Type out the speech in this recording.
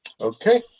okay